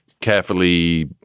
carefully